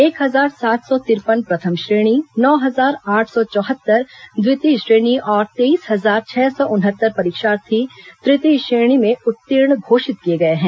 एक हजार सात सौ तिरपन प्रथम श्रेणी नौ हजार आठ सौ चौहत्तर द्वितीय श्रेणी और तेईस हजार छह सौ उनहत्तर परीक्षार्थी तृतीय श्रेणी में उत्तीर्ण घोषित किए गए हैं